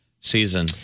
season